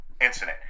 incident